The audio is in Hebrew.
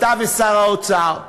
אתה ושר האוצר,